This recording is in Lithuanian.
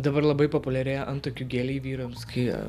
dabar labai populiarėja antakių geliai vyrams kai